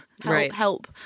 help